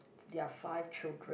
there are five children